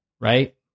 right